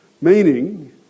meaning